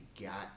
got